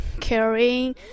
carrying